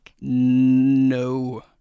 No